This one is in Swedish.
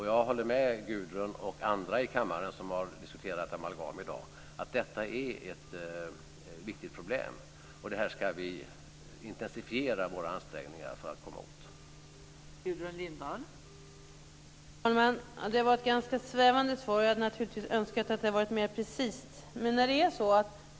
Jag håller med Gudrun och andra i kammaren som har diskuterat amalgam i dag om att detta är ett viktigt problem och att vi ska intensifiera våra ansträngningar för att komma åt det.